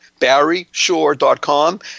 barryshore.com